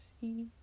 see